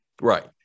right